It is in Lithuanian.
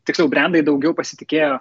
tiksliau brendai daugiau pasitikėjo